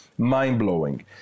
mind-blowing